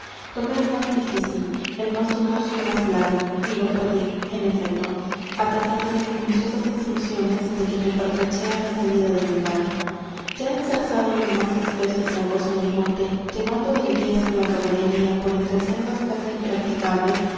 tomé el más difícil el más dudoso y más largo y lo perdí en efecto á pesar de las minuciosas instrucciones de que me pertreché á la salida del lugar ya enzarzado en lo más espeso y fragoso del monte llevando del diestro la caballería por entre sendas casi impracticables